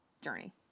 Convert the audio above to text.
Journey